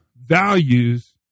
values